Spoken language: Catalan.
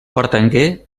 pertangué